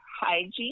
hygiene